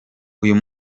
uyu